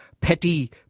petty